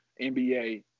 NBA